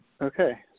Okay